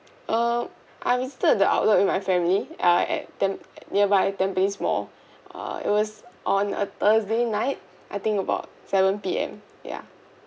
uh I visited the outlet with my family ah at tam~ nearby tampines mall uh it was on a thursday night I think about seven P_M ya